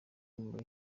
muri